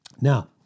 Now